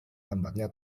lambatnya